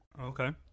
Okay